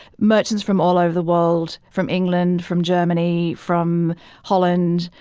merchants from all over the world from england, from germany, from holland,